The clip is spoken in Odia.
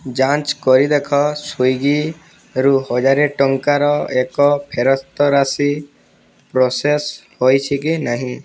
ଯାଞ୍ଚ କରି ଦେଖ ସ୍ଵିଗିରୁ ହଜାରେ ଟଙ୍କାର ଏକ ଫେରସ୍ତ ରାଶି ପ୍ରୋସେସ୍ ହୋଇଛି କି ନାହିଁ